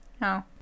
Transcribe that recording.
No